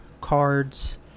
cards